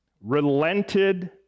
relented